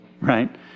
Right